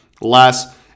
less